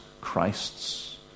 Christ's